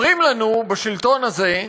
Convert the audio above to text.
אומרים לנו, בשלטון הזה,